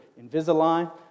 Invisalign